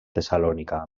tessalònica